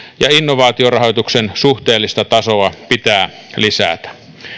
ja innovaatiorahoituksen suhteellista tasoa pitää lisätä